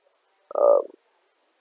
um